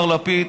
מר לפיד,